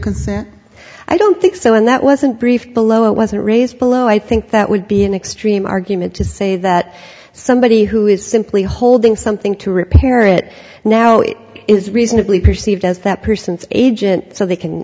consent i don't think so and that wasn't briefed below it wasn't raised below i think that would be an extreme argument to say that somebody who is simply holding something to repair it now it is reasonably perceived as that person's agent so they can